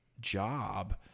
job